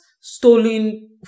stolen